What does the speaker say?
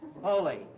Holy